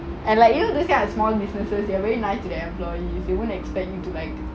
and like you know like this kind of small businesses they are very nice to the employee they don't expect you to like